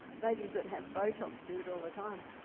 ladies that have botox do it all the time.